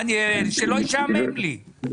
שלא ישעמם לי.